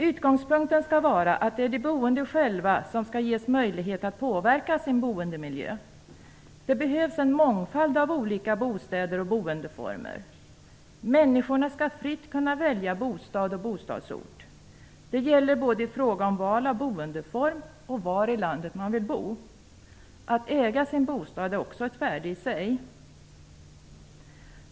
Utgångspunkten skall vara att det är de boende själva som skall ges möjlighet att påverka sin boendemiljö. Det behövs en mångfald av olika bostäder och boendeformer. Människorna skall fritt kunna välja bostad och bostadsort, i fråga om såväl val av boendeform som var i landet man vill bo. Att äga sin bostad är också ett värde i sig.